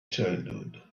childhood